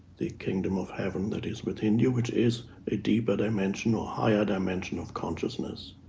the kingdom of heaven that is within you, which is a deeper dimension or higher dimension of consciousness,